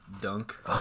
dunk